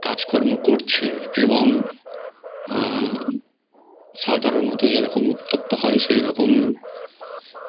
কাজকর্ম করছে এবং সাধারণত যেরকম উত্তপ্ত হয় সেই রকম